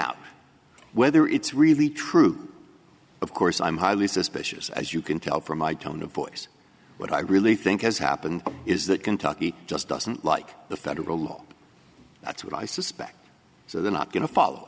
out whether it's really true of course i'm highly suspicious as you can tell from my tone of voice what i really think has happened is that kentucky just doesn't like the federal law that's what i suspect so they're not going to follow